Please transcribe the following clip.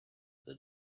other